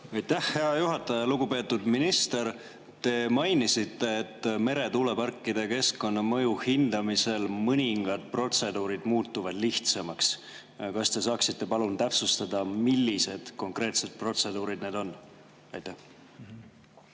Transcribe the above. hea juhataja! Lugupeetud minister! Te mainisite, et meretuuleparkide keskkonnamõju hindamisel mõningad protseduurid muutuvad lihtsamaks. Kas te saaksite palun täpsustada, millised konkreetsed protseduurid need on? Aitäh,